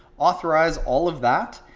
authorize all of that.